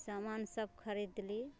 सामान सब खरीदली